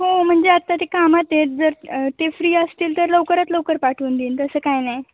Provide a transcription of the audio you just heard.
हो म्हणजे आत्ता ते कामात आहेत जर ते फ्री असतील तर लवकरात लवकर पाठवून देईन तसं काय नाही